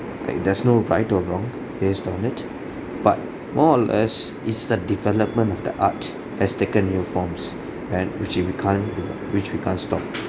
unlike there's no right or wrong based on it but more or less it's the development of the art has taken new forms and which is we can't which we can't stop